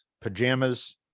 pajamas